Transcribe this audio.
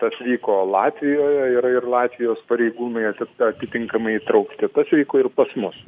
tas vyko latvijoje yra ir latvijos pareigūnai ati atitinkamai įtraukti tas vyko ir pas mus